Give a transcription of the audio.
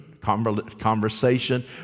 conversation